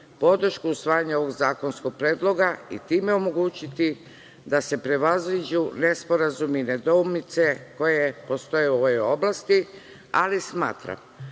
podršku usvajanju ovog zakonskog predloga i time omogućiti da se prevaziđu nesporazumi i nedoumice koje postoje u ovoj oblasti, ali smatramo